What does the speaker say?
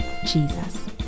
Jesus